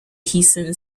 hissing